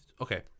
Okay